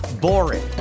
boring